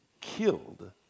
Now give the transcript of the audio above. killed